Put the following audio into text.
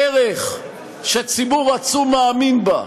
דרך שציבור עצום מאמין בה.